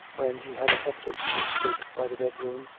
when he had attempted to escape by the bedroom,